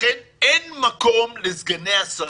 לכן אין מקום לסגני השרים,